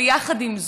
אבל יחד עם זאת,